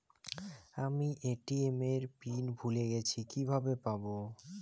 আমি এ.টি.এম এর পিন ভুলে গেছি কিভাবে পাবো?